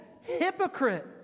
Hypocrite